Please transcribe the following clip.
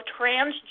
transgender